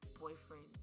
boyfriend